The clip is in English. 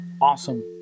awesome